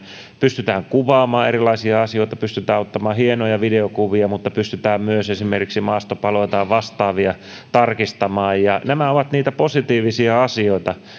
pystytään kuvaamaan erilaisia asioita pystytään ottamaan hienoja videokuvia mutta pystytään myös esimerkiksi maastopaloja tai vastaavia tarkistamaan nämä ovat niitä positiivisia asioita